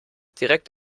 direkt